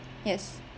yes